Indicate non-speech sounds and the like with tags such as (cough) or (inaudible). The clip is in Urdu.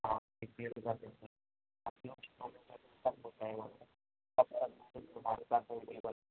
(unintelligible)